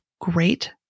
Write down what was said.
great